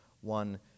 one